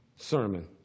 sermon